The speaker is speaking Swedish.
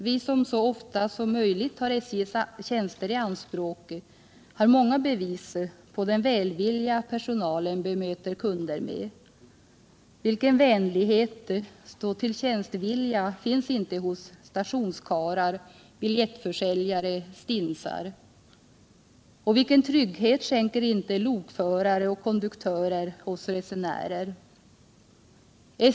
Vi som så ofta som möjligt tar SJ:s tjänster i anspråk har många bevis på den välvilja personalen bemöter kunder med. Vilken vänlighet, ”stå-till-tjänst-vilja”, finns inte hos stationskarlar, biljettförsäljare, stinsar! Och vilken trygghet skänker inte lokförare och konduktörer oss resenärer!